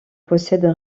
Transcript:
possède